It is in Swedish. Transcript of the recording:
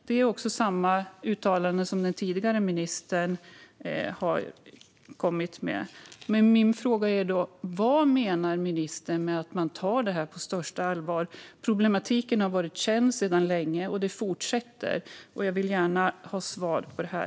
Det är samma uttalanden som den tidigare ministern har kommit med. Min fråga är: Vad menar ministern med att man tar detta på största allvar? Problematiken har varit känd länge men fortsätter. Jag vill gärna ha svar på det här.